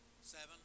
Seven